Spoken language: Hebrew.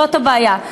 זאת הבעיה.